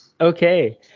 okay